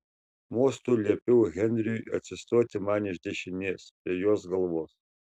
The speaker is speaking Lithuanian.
mostu liepiau henriui atsistoti man iš dešinės prie jos galvos